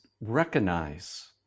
recognize